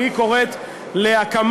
והיא קוראת להקמת,